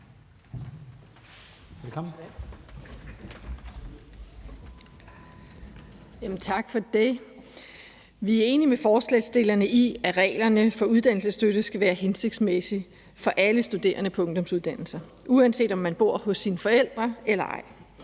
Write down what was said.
Tak for det. Vi er enige med forslagsstillerne i, at reglerne for uddannelsesstøtte skal være hensigtsmæssige for alle studerende på ungdomsuddannelse, uanset om man bor hos sine forældre eller ej.